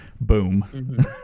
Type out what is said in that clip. boom